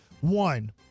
One